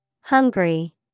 Hungry